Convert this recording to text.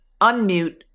unmute